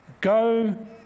go